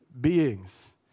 beings